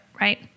right